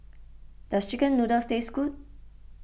does Chicken Noodles taste good